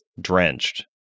drenched